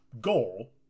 goal